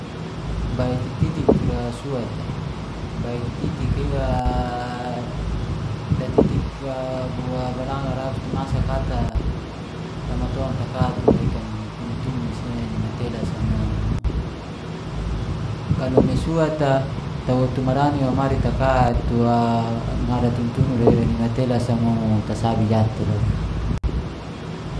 Bai titi tura suat a, bai titi a iwa datitik bua balanga abis masa ata tamaton ta ka tura ikan tumis-tumis ira ni matelas a mo. Kalau me suat a, tawotu marani wamari taka tua ngada tuntunu ra ira ni matelas a mo tasabi jatei loka